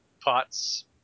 pots